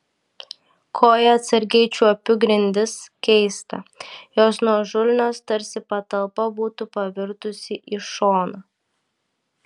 koja atsargiai čiuopiu grindis keista jos nuožulnios tarsi patalpa būtų pavirtusi į šoną